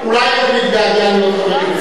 אתה לא יכול לקרוא קריאות ביניים,